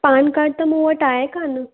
पान card त मूं वटि आहे कान्ह